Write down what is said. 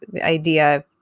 idea